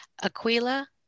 Aquila